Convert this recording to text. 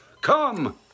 come